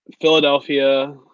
Philadelphia